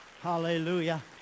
Hallelujah